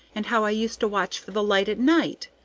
and how i used to watch for the light at night,